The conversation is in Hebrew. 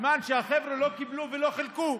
סימן שהחבר'ה לא קיבלו ולא חילקו,